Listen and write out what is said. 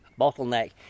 bottleneck